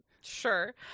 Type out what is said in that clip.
Sure